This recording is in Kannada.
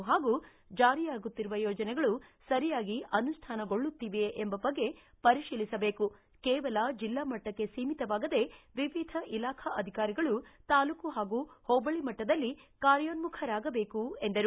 ಪಾಗೂ ಜಾರಿಯಾಗುತ್ತಿರುವ ಯೋಜನೆಗಳು ಸರಿಯಾಗಿ ಅನುಷ್ಠಾನಗೊಳ್ಳುತ್ತಿವೆಯೇ ಎಂಬ ಬಗ್ಗೆ ಪರಿಶೀಲಿಸಬೇಕು ಕೇವಲ ಜಿಲ್ಲಾ ಮಟ್ಟಕ್ಕೆ ಸೀಮಿತವಾಗದೇ ವಿವಿಧ ಇಲಾಖಾ ಅಧಿಕಾರಿಗಳು ತಾಲ್ಲೂಕು ಹಾಗೂ ಹೋಬಳಿ ಮಟ್ಟದಲ್ಲಿ ಕಾರ್ಯೋನ್ನುಖರಾಗಬೇಕು ಎಂದರು